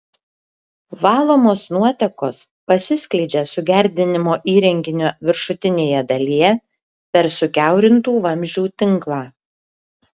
valomos nuotekos pasiskleidžia sugerdinimo įrenginio viršutinėje dalyje per sukiaurintų vamzdžių tinklą